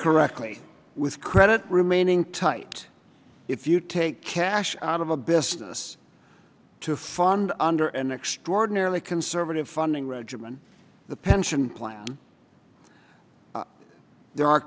correctly with credit remaining tight if you take cash out of the business to fund under an extraordinarily conservative funding regimen the pension plan there are